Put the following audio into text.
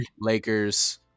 Lakers